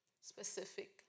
specific